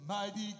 Mighty